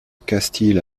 castille